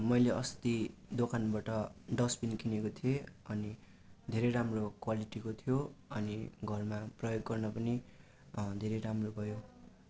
मैले अस्ति दोकानबाट डस्टबिन किनेको थिएँ अनि धेरै राम्रो क्वालिटीको थियो अनि घरमा प्रयोग गर्न पनि धेरै राम्रो भयो